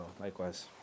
likewise